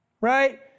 right